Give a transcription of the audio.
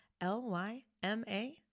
L-Y-M-A